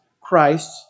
Christ